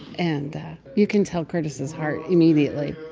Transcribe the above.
and you can tell curtis's heart immediately